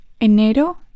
Enero